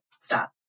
stop